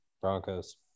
Broncos